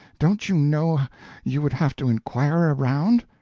don't you know you would have to inquire around?